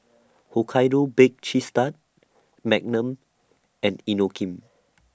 Hokkaido Baked Cheese Tart Magnum and Inokim